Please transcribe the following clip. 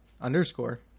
underscore